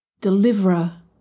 deliverer